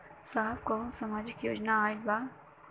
साहब का कौनो सामाजिक योजना आईल बा?